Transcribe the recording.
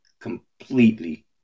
completely